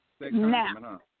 Now